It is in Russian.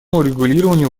урегулированию